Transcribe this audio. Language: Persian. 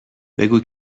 بگو